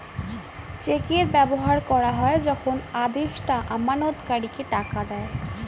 চেকের ব্যবহার করা হয় যখন আদেষ্টা আমানতকারীদের টাকা দেয়